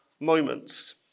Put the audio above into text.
moments